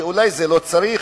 אולי לא צריך,